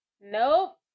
Nope